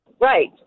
Right